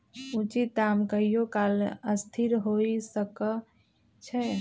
उचित दाम कहियों काल असथिर हो सकइ छै